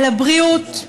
על הבריאות,